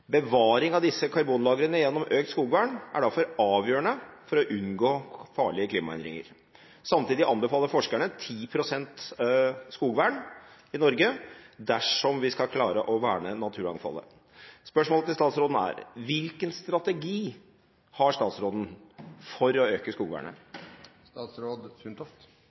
Bevaring av disse karbonlagrene gjennom økt skogvern er derfor avgjørende for å unngå farlige klimaendringer. Samtidig anbefaler forskerne at 10 pst. av skogen må vernes hvis naturmangfoldet skal reddes. Hvilken strategi har statsråden for å øke skogvernet?»